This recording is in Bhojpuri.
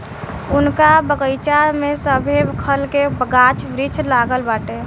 उनका बगइचा में सभे खल के गाछ वृक्ष लागल बाटे